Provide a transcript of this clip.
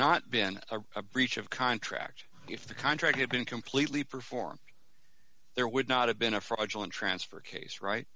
not been a breach of contract if the contract had been completely performed there would not have been a fraudulent transfer case right